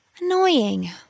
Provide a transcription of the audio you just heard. Annoying